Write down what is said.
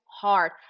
hard